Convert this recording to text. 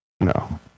no